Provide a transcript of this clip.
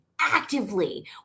actively